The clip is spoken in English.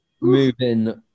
Moving